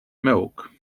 milk